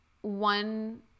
One